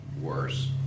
worse